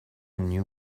new